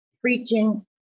preaching